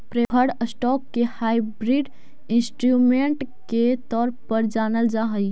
preferred stock के hybrid instrument के तौर पर जानल जा हइ